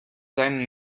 seinen